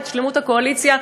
את שלמות הקואליציה,